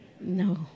No